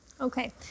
Okay